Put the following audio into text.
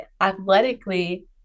athletically